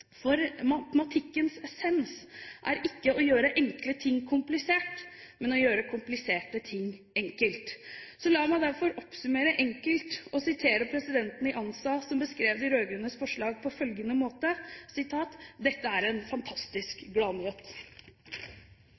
Matematikkens essens er ikke å gjøre enkle ting komplisert, men å gjøre kompliserte ting enkelt. Så la meg derfor oppsummere enkelt og sitere presidenten i ANSA som beskrev de rød-grønnes forslag på følgende måte: «Dette er en fantastisk